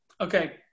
Okay